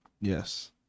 Yes